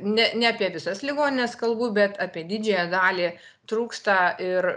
ne ne apie visas ligonines kalbu bet apie didžiąją dalį trūksta ir